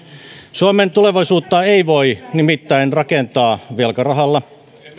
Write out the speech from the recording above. suomen tulevaisuutta ei voi nimittäin rakentaa velkarahalla